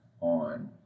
on